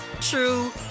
true